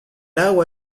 agua